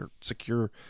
secure